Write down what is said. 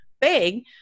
big